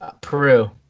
Peru